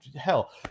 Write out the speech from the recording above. hell